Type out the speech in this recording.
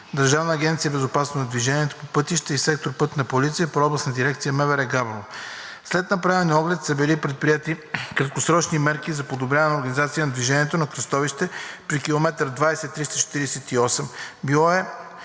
Държавна агенция „Безопасност на движението по пътищата“ и сектор „Пътна полиция“ при Областна дирекция на МВР – Габрово. След направения оглед са били предприети краткосрочни мерки за подобряване организацията на движение на кръстовище при км 20.348. Било е